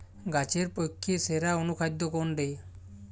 গাছের পক্ষে সেরা অনুখাদ্য কোনটি?